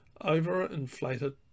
overinflated